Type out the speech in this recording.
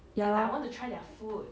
ya lor